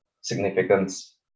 significance